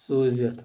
سوٗزِتھ